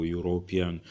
European